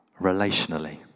relationally